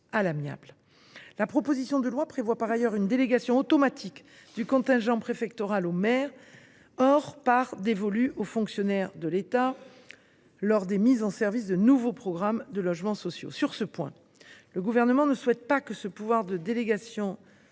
La proposition de loi prévoit par ailleurs une délégation automatique du contingent préfectoral au maire, hors part dévolue aux fonctionnaires de l’État, lors des mises en service des nouveaux programmes de logements sociaux. Or le Gouvernement ne souhaite pas que ce pouvoir de délégation de